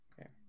Okay